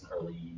early